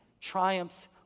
triumphs